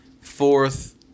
Fourth